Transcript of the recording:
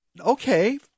okay